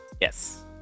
Yes